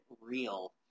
Real